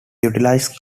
utilized